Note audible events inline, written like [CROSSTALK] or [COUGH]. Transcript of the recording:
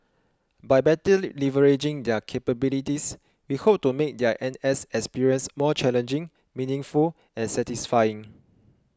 by better [NOISE] leveraging their capabilities we hope to make their N S experience more challenging meaningful and satisfying